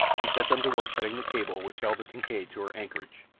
she set them to work cutting the cable which held the kincaid to her anchorage,